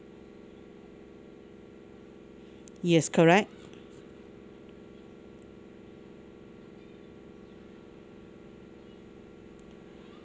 yes correct